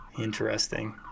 Interesting